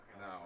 No